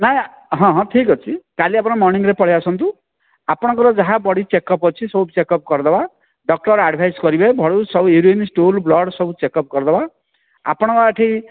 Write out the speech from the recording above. ନା ନା ହଁ ହଁ ଠିକ୍ ଅଛି କାଲି ଆପଣ ମର୍ନିଙ୍ଗରେ ପଳେଇ ଆସନ୍ତୁ ଆପଣଙ୍କର ଯାହା ବୋଡ଼ି ଚେକଅପ୍ ଅଛି ସବୁ ଚେକଅପ୍ କରିଦେବା ଡ଼କ୍ଟର ଆଡ଼ଭାଇଜ୍ କରିବେ ଭଲ ସବୁ ୟୁରିନ୍ ଷ୍ଟୁଲ ବ୍ଲଡ଼ ସବୁ ଚେକଅପ୍ କରିଦେବା ଆପଣଙ୍କ ଏଠି